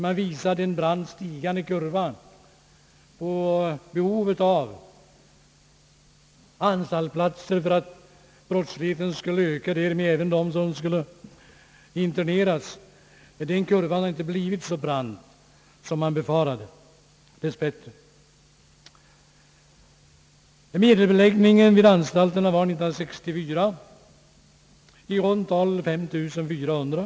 Man visade en brant stigande kurva över behovet av anstaltsplatser. Brottsligheten skulle öka och därmed även antalet som skulle interneras. Den kurvan har dess bättre inte blivit så brant, som man befarade. Medelbeläggningen vid anstalterna var år 1964 i runt tal 5 400.